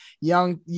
young